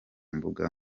mbuga